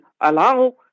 allow